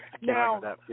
Now